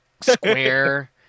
square